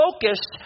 focused